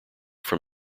from